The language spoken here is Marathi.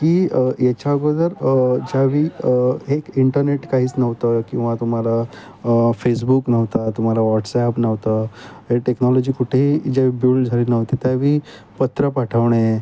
की याच्या ज्यावेळी एक इंटरनेट काहीच नव्हतं किंवा तुम्हाला फेसबुक नव्हता तुम्हाला व्हॉट्सॲप नव्हतं हे टेक्नॉलॉजी कुठेही ज्या बिल्ड झाली नव्हती त्यावेळी पत्र पाठवणे